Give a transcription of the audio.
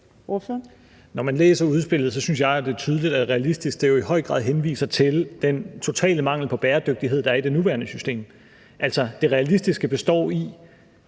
Når man læser udspillet, synes jeg, det er tydeligt, at »realistisk« i høj grad henviser til den totale mangel på bæredygtighed, der er i det nuværende system. Det realistiske består i,